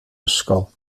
ysgol